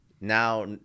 now